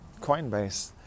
Coinbase